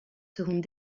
seront